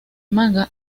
manga